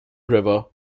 river